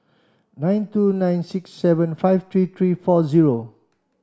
nine two nine six seven five three three four zero